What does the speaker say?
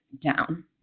down